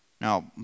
Now